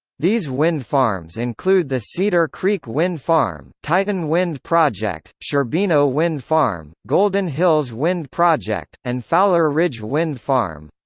these wind farms include the cedar creek wind farm, titan wind project, sherbino wind farm, golden hills wind project, and fowler ridge wind farm.